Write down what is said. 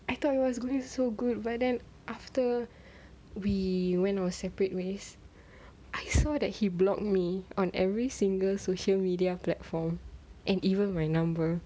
I thought it was going so good but then after we went our separate ways I saw that he block me on every single social media platform and even my number